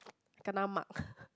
kena marked